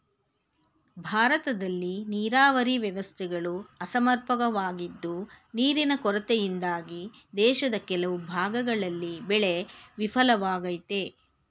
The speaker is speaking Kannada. ಭಾರತದಲ್ಲಿ ನೀರಾವರಿ ವ್ಯವಸ್ಥೆಗಳು ಅಸಮರ್ಪಕವಾಗಿದ್ದು ನೀರಿನ ಕೊರತೆಯಿಂದಾಗಿ ದೇಶದ ಕೆಲವು ಭಾಗಗಳಲ್ಲಿ ಬೆಳೆ ವಿಫಲವಾಗಯ್ತೆ